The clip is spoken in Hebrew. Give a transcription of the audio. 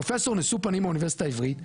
פרופסור נשוא פנים מהאוניברסיטה העברית,